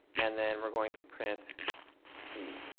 and then we're going to print c.